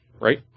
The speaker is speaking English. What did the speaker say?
right